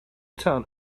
town